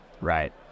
Right